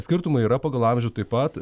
skirtumai yra pagal amžių taip pat